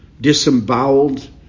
disemboweled